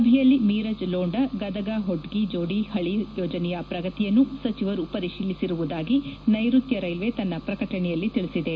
ಸಭೆಯಲ್ಲಿ ಮಿರಜ್ ಲೋಂಡಾ ಗದಗ ಹೊಟ್ಗೆ ಜೋಡಿ ಹಳಿ ಯೋಜನೆಯ ಪ್ರಗತಿಯನ್ನು ಸಚಿವರು ಪರಿಶೀಲಿಸಿರುವುದಾಗಿ ನೈರುತ್ಯ ರೈಲ್ವೆ ತನ್ನ ಪ್ರಕಟಣೆಯಲ್ಲಿ ತಿಳಿಸಿದೆ